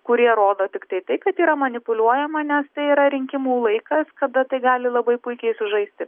kurie rodo tiktai tai kad yra manipuliuojama nes tai yra rinkimų laikas kada tai gali labai puikiai sužaisti